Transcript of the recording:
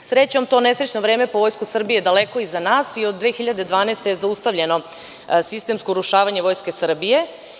Srećom, to nesrećno vreme po Vojsku Srbije je daleko iza nas i od 2012. godine zaustavljeno je sistemsko urušavanje Vojske Srbije.